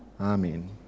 Amen